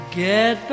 get